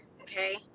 okay